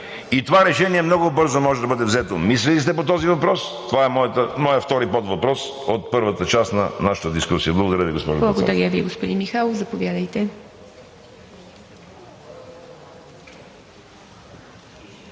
Това решение много бързо може да бъде взето. Мислили ли сте по този въпрос? Това е моят втори подвъпрос от първата част на нашата дискусия. Благодаря Ви, госпожо Председател.